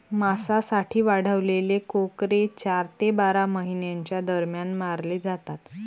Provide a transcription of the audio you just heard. मांसासाठी वाढवलेले कोकरे चार ते बारा महिन्यांच्या दरम्यान मारले जातात